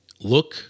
look